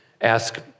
ask